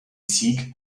sieg